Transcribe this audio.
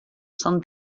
són